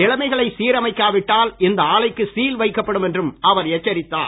நிலைமைகளை சீரமைக்காவிட்டால் இந்த ஆலைக்கு சீல் வைக்கப்படும் என்றும் அவர் எச்சரித்தார்